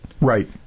Right